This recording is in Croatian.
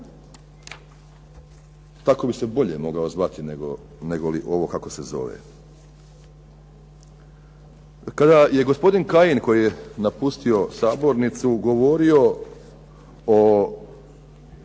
Tako bi se bolje mogao zvati negoli ovo kako se zove. Kada je gospodin Kajin koji je napustio sabornicu govorio o